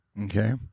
okay